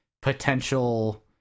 potential